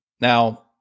Now